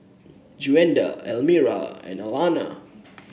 Gwenda Elmira and Alanna